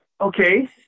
Okay